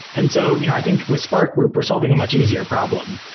and so you know i think with spark, we're we're solving a much easier problem.